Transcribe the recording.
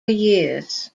years